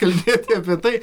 kalbėti apie tai